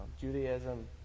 Judaism